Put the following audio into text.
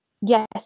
Yes